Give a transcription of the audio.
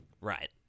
Right